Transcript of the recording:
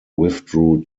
withdrew